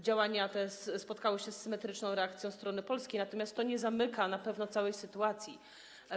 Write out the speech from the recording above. Działania te spotkały się z symetryczną reakcją strony polskiej, natomiast to nie zamyka na pewno całej tej sprawy.